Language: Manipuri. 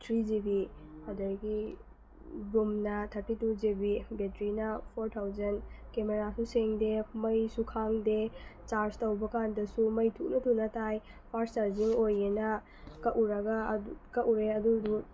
ꯊ꯭ꯔꯤ ꯖꯤ ꯕꯤ ꯑꯗꯒꯤ ꯔꯣꯝꯅ ꯊꯥꯔꯇꯤ ꯇꯨ ꯖꯤ ꯕꯤ ꯕꯦꯇ꯭ꯔꯤꯅ ꯐꯣꯔ ꯊꯥꯎꯖꯟ ꯀꯦꯃꯦꯔꯥꯁꯨ ꯁꯦꯡꯗꯦ ꯃꯩꯁꯨ ꯈꯥꯡꯗꯦ ꯆꯥꯔꯖ ꯇꯧꯕ ꯀꯥꯟꯗꯁꯨ ꯃꯩ ꯊꯨꯅ ꯊꯨꯅ ꯇꯥꯏ ꯐꯥꯁ ꯆꯥꯔꯖꯤꯡ ꯑꯣꯏꯌꯦꯅ ꯀꯛꯎꯔꯒ ꯑꯗꯨ ꯀꯛꯎꯔꯦ ꯑꯗꯨꯗꯨ